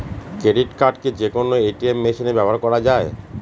Credit card কি যে কোনো এ.টি.এম মেশিনে ব্যবহার করা য়ায়?